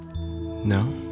No